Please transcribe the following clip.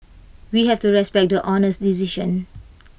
we have to respect the Honour's decision